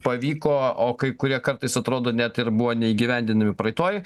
pavyko o kai kurie kartais atrodo net ir buvo neįgyvendinami praeitoj